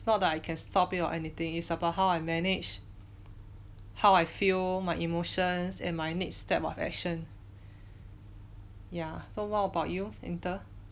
not that I can stop it or anything it's about how I manage how I feel my emotions and my next step of action ya so what about you winter